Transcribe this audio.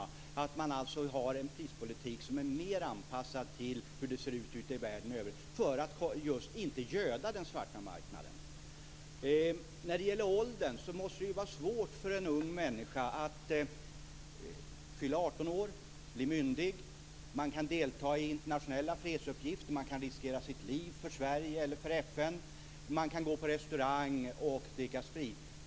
Man skulle alltså ha en prispolitik som är mer anpassad till hur det ser ut ute i världen i övrigt, så att man inte göder den svarta marknaden. Det måste vara svårt för unga människor. De fyller 18 år, blir myndiga, kan delta i internationella fredsuppgifter, kan riskera sina liv för Sverige eller FN och gå på restaurang och dricka sprit.